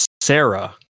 Sarah